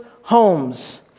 homes